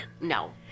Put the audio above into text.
No